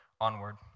onward